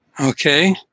Okay